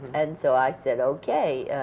and so i said okay,